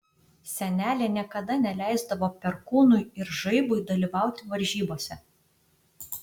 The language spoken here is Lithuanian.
senelė niekada neleisdavo perkūnui ir žaibui dalyvauti varžybose